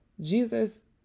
Jesus